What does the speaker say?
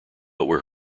where